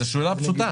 זו שאלה פשוטה.